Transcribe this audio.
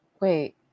Wait